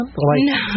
No